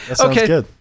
Okay